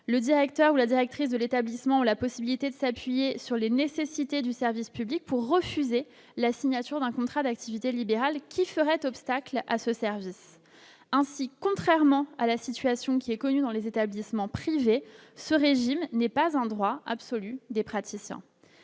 le directeur ou la directrice de l'établissement, la possibilité de s'appuyer sur les nécessités du service public pour refuser la signature d'un contrat d'activité libérale qui ferait obstacle à ce service, ainsi, contrairement à la situation qui est connu dans les établissements privés, ce régime n'est pas un droit absolu des praticiens